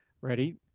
ready